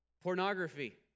pornography